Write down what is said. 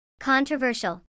Controversial